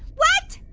what?